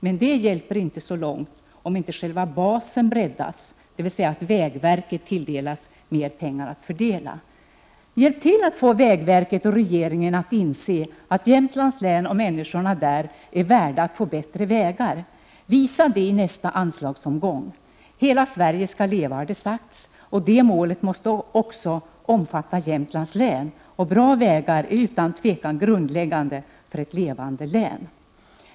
Men det hjälper inte särskilt långt, om inte själva basen breddas — dvs. att vägverket tilldelas mer pengar att fördela! Hjälp till att få vägverket och regeringen att inse att Jämtlands län och människorna där är värda att få bättre vägar! Visa det i nästa anslagsomgång! Hela Sverige skall leva, har det sagts. Det målet måste ju också omfatta Jämtlands län, och bra vägar är utan tvivel grundläggande för ett levande län.